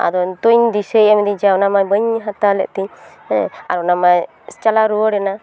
ᱟᱫᱚ ᱱᱤᱛᱚᱜ ᱤᱧ ᱫᱤᱥᱟᱹᱭᱮᱫᱟ ᱚᱱᱟ ᱢᱟ ᱵᱟᱹᱧ ᱦᱟᱛᱟᱣ ᱞᱮᱫ ᱛᱤᱧ ᱦᱮᱸ ᱟᱨ ᱚᱱᱟ ᱢᱟᱭ ᱪᱟᱞᱟᱣ ᱨᱩᱣᱟᱹᱲ ᱮᱱᱟ